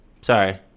Sorry